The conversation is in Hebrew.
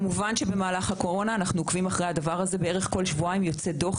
כמובן שבמהלך הקורונה אנחנו עוקבים אחרי הדבר הזה וכל שבועיים יוצא דוח.